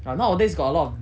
but nowadays got a lot of